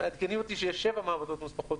מעדכנים אותי שיש שבע מעבדות נוספות,